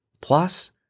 Plus